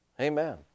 Amen